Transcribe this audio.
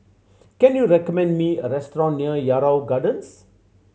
can you recommend me a restaurant near Yarrow Gardens